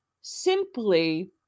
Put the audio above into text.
simply